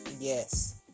yes